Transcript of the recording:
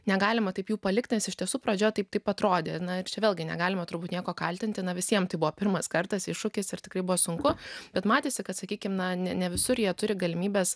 negalima taip jų palikti nes iš tiesų pradžioje taip taip atrodė na ir čia vėlgi negalima turbūt nieko kaltinti ne visiems tai buvo pirmas kartas iššūkis ir tikrai buvo sunku bet matėsi kad sakykim na ne ne visur jie turi galimybes